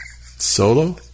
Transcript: Solo